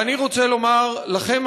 ואני רוצה לומר לכם,